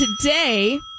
today